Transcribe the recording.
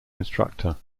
instructor